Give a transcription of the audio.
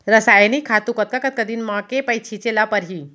रसायनिक खातू कतका कतका दिन म, के पइत छिंचे ल परहि?